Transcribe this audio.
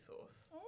sauce